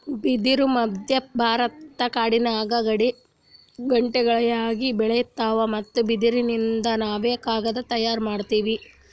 ಬಿದಿರ್ ಮಧ್ಯಭಾರತದ ಕಾಡಿನ್ಯಾಗ ಗಿಡಗಂಟಿಯಾಗಿ ಬೆಳಿತಾದ್ ಮತ್ತ್ ಬಿದಿರಿನಿಂದ್ ನಾವ್ ಕಾಗದ್ ತಯಾರ್ ಮಾಡತೀವಿ